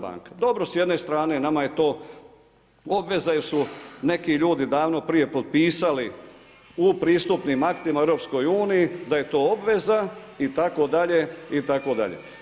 Dobro, s jedne strane, nama je to obveza jer su neki ljudi davno prije potpisali, u pristupnim aktima EU, da je to obveza itd., itd.